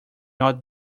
not